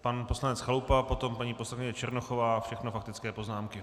Pan poslanec Chalupa, potom paní poslankyně Černochová, všechno faktické poznámky.